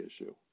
issue